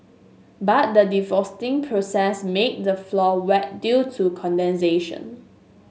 but the defrosting process made the floor wet due to condensation